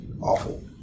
awful